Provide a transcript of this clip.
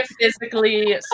physically